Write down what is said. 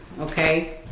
Okay